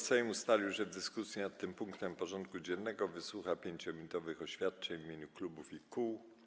Sejm ustalił, że w dyskusji nad tym punktem porządku dziennego wysłucha 5-minutowych oświadczeń w imieniu klubów i kół.